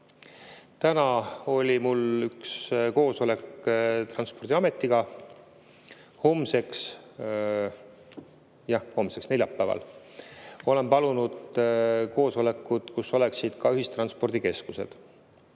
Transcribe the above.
Täna oli mul üks koosolek Transpordiametiga. Homseks, jah, homseks, neljapäevaks olen palunud koosolekut, kus osaleksid ka ühistranspordikeskused.